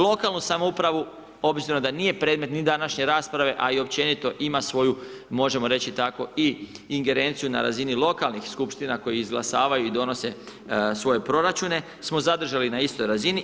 Lokalnu samoupravu obzirom da nije ni predmet današnje rasprave, a i općenito ima svoju, možemo reći tako, i ingerenciju na razini lokalnih skupština koje izglasavaju i donose svoje proračune smo zadržali na istoj razini.